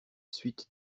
suite